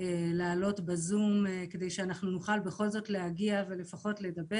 לעלות בזום כדי שנוכל בכל זאת להגיע ולדבר.